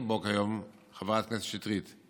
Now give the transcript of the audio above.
כדלהלן, חברת הכנסת שטרית: